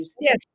Yes